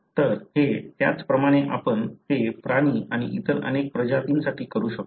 तर हे त्याचप्रमाणे आपण ते प्राणी आणि इतर अनेक प्रजातींसाठी करू शकतो